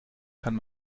kann